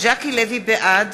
בעד